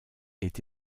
est